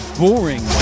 boring